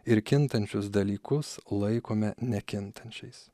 ir kintančius dalykus laikome nekintančiais